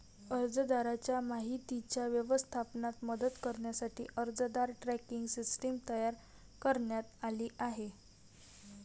अर्जदाराच्या माहितीच्या व्यवस्थापनात मदत करण्यासाठी अर्जदार ट्रॅकिंग सिस्टीम तयार करण्यात आली आहे